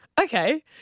Okay